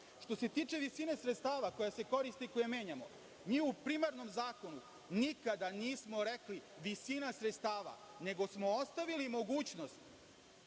se tiče visine sredstava koja se koristi i koju menjamo, mi u primarnom zakonu nikada nismo rekli visina sredstava, nego smo ostavili mogućnost